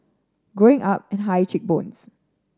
growing up and high cheek bones